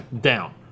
down